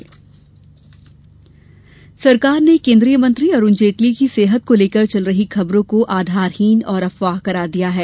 जेटली स्वास्थ्य सरकार ने केन्द्रीय मंत्री अरूण जेटली की सेहत को लेकर चल रही खबरों को आधारहीन और अफवाह करार दिया है